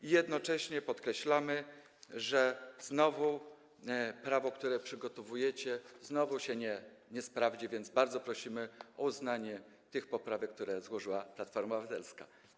I jednocześnie podkreślamy, że znowu prawo, które przygotowujecie, nie sprawdzi się, więc bardzo prosimy o uznanie tych poprawek, które złożyła Platforma Obywatelska.